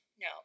No